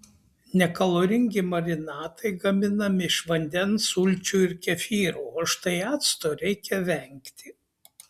nekaloringi marinatai gaminami iš vandens sulčių ir kefyro o štai acto reikia vengti